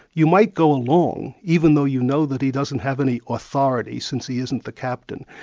you might go along, even though you know that he doesn't have any authority since he isn't the captain,